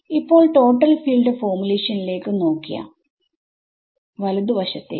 ഇപ്പോൾ total field formulation ലേക്ക് നോക്കാം വലതു വശത്തേക്ക്